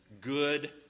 good